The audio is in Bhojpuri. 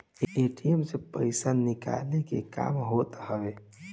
ए.टी.एम से पईसा निकाले के काम होत हवे